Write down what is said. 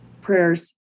prayers